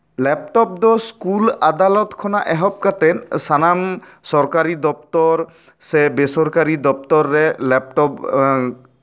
laptop ᱫᱚ school ᱟᱫᱟᱞᱚᱛ ᱠᱷᱚᱱᱟᱜ ᱮᱦᱚᱵ ᱠᱟᱛᱮᱫ ᱥᱟᱱᱟᱢ ᱥᱚᱨᱠᱟᱨᱤ ᱫᱚᱯᱛᱚᱨ ᱥᱮ ᱵᱮ ᱥᱚᱨᱠᱟᱨᱤ ᱫᱚᱯᱛᱚᱨ ᱨᱮ ᱞᱮᱯᱴᱚᱯ